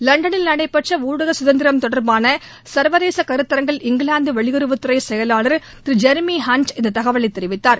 லண்டனில் நடைபெற்ற ஊடக சுதந்திரம் தொடர்பான சர்வதேச சருத்ததரங்கில் இங்கிலாந்து வெளியுறவுத்துறை செயலாளர் திரு ஜெரிமி ஹண்ட் இந்த தகவலை தெரிவித்தார்